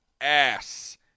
ass